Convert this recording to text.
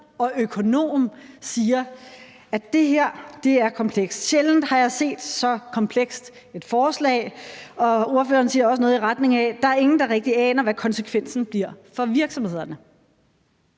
og økonom, siger, at det her er komplekst, altså at han sjældent har set så komplekst et forslag, og ordføreren siger også noget i retning af, at der ikke er nogen, der rigtig aner, hvad konsekvensen for virksomhederne